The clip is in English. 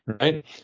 right